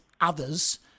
others